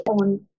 on